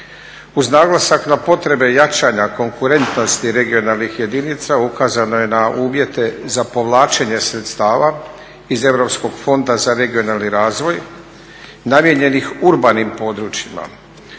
Uz naglasak na potrebe jačanja konkurentnosti regionalnih jedinica ukazano je na uvjete za povlačenje sredstava iz Europskog fonda za regionalni razvoj namijenjenih urbanim područjima.